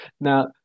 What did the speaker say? Now